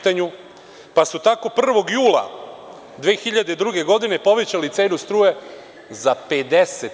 Tako su 1. jula 2002. godine povećali cenu struje za 50%